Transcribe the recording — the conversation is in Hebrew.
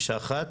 אישה אחת,